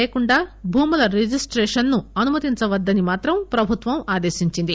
లేకుండా భూముల రిజిస్టేషన్ ను అనుమతించవద్దని మాత్రం ప్రభుత్వం ఆదేశించింది